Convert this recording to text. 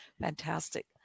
Fantastic